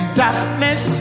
darkness